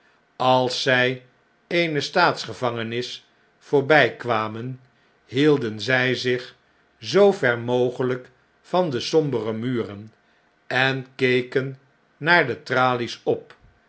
als zij eene staatsgevangenis voorbijkwamen hielden zij zich zoo ver mogelijk van de sombere muren en keken naar de tralies op